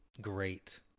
great